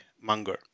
Munger